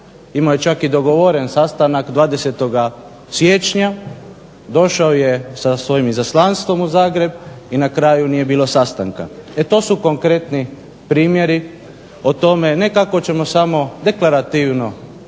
Imao je čak dogovoren sastanak 20. siječnja, došao je sa svojim izaslanstvom u Zagreb i na kraju nije bilo sastanka. E to su konkretni primjeri o tome ne samo kako ćemo se deklarativno